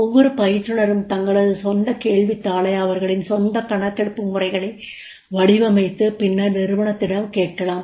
ஒவ்வொரு பயிற்றுனரும் தங்களது சொந்த கேள்வித்தாளை அவர்களின் சொந்த கணக்கெடுப்பு முறைகளை வடிவமைத்து பின்னர் நிறுவனத்திடம் கேட்கலாம்